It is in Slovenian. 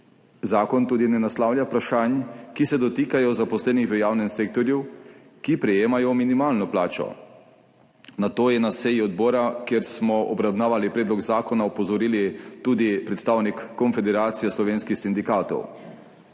Zakon tudi ne naslavlja vprašanj, ki se dotikajo zaposlenih v javnem sektorju, ki prejemajo minimalno plačo. Na to je na seji odbora, kjer smo obravnavali predlog zakona, opozorili tudi predstavnik Konfederacije slovenskih sindikatov.